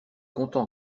content